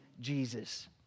Jesus